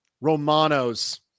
Romano's